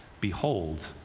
behold